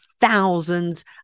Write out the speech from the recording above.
thousands